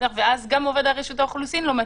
ואז גם עובד רשות האוכלוסין לא מתאים.